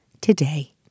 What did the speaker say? today